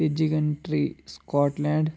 तीजी country Scotland